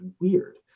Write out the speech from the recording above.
weird